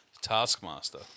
taskmaster